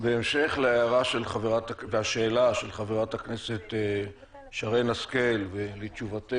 בהמשך להערה ולשאלה של חברת הכנסת שרן השכל ולתשובתך,